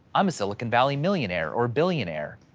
i'm a silicon valley millionaire or billionaire.